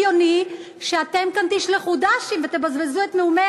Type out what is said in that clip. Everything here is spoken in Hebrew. ולא הגיוני שאתם כאן תשלחו ד"שים ותבזבזו את הנאומים